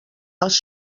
els